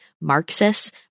marxists